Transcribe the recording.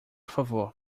favor